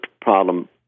problem